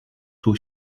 czuł